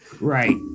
Right